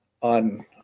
on